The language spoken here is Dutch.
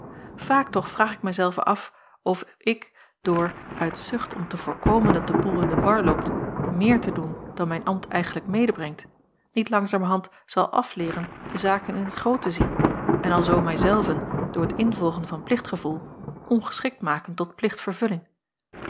vaak toch vraag ik mij zelven af of ik door uit zucht om te voorkomen dat de boel in de war loopt meer te doen dan mijn ambt eigentlijk medebrengt niet langzamerhand zal afleeren de zaken in t groot te zien en alzoo mij zelven door t involgen van plichtgevoel ongeschikt maken tot